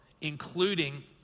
including